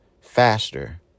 faster